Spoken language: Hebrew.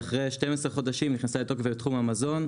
ולאחר 12 חודשים נכנסה לתוקף בתחום המזון,